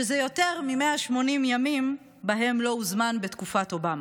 שזה יותר מ-180 ימים שבהם לא הוזמן בתקופת אובמה.